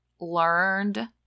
learned